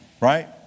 right